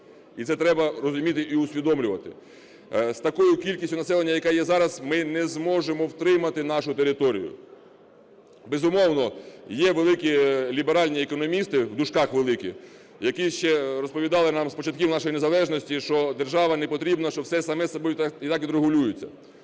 І це треба розуміти і усвідомлювати. З такою кількістю населення, яка є зараз, ми не зможемо втримати нашу територію. Безумовно, є великі ліберальні економісти, в дужках, великі, які ще розповідали нам з початків нашої незалежності, що держава не потрібна, що все саме собою й так відрегулюється.